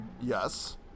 Yes